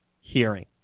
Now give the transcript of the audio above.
hearing